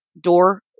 door